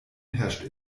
herrscht